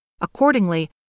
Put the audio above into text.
Accordingly